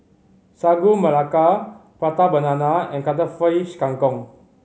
Sagu Melaka Prata Banana and Cuttlefish Kang Kong